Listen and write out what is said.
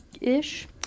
ish